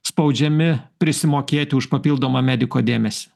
spaudžiami prisimokėti už papildomą mediko dėmesį